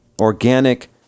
organic